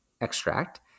extract